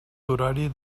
horari